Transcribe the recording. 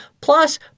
plus